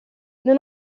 non